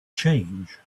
change